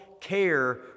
care